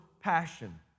passion